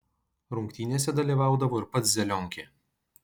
rungtynėse dalyvaudavo ir pats zelionkė